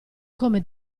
come